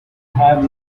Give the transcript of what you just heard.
have